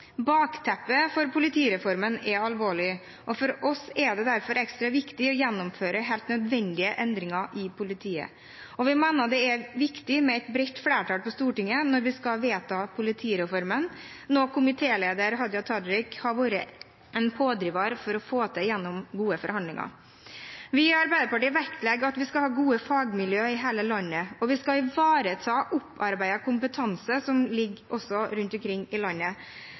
Bakteppet for politireformen er alvorlig, og for oss er det derfor ekstra viktig å gjennomføre helt nødvendige endringer i politiet. Vi mener det er viktig med et bredt flertall på Stortinget når vi skal vedta politireformen, noe komitéleder Hadia Tajik har vært en pådriver for å få til gjennom gode forhandlinger. Vi i Arbeiderpartiet vektlegger at vi skal ha gode fagmiljø i hele landet, og vi skal ivareta opparbeidet kompetanse som også finnes rundt omkring i landet.